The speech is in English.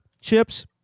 chips